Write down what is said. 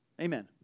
Amen